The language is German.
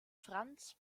franz